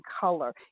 color